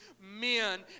men